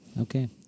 Okay